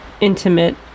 intimate